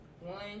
One